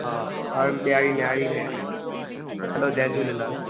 हा हर न्यारी न्यारी हलो जय झूलेलाल